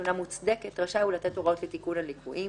התלונה מוצדקת רשאי הוא לתת הוראות לתיקון הליקויים.